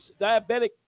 diabetic